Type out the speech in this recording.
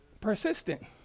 Persistent